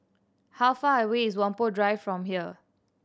how far away is Whampoa Drive from here